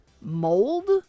mold